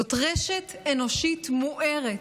זאת רשת אנושית מוארת,